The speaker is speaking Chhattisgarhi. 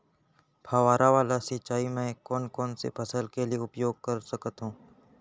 फवारा वाला सिंचाई मैं कोन कोन से फसल के लिए उपयोग कर सकथो?